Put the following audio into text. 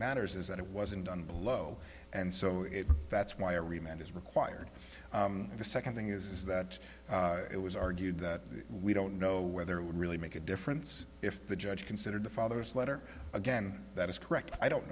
matters is that it wasn't done below and so that's why every man is required and the second thing is that it was argued that we don't know whether it would really make a difference if the judge considered the father's letter again that is correct i don't